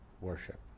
worship